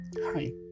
Hi